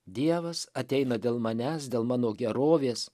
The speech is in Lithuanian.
dievas ateina dėl manęs dėl mano gerovės